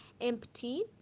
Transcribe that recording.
empty